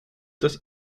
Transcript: das